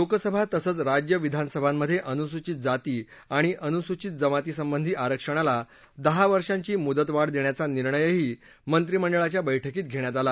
लोकसभा तसंच राज्य विधानसभांमधे अनुसुचित जाती आणि अनुसुचित जमातीसंबंधी आरक्षणाला दहा वर्षांची मुदत वाढ देण्याचा निर्णयही मंत्रिमंडळाच्या बैठकीत घेण्यात आला